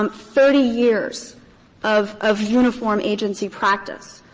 um thirty years of of uniform agency practice,